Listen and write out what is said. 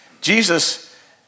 Jesus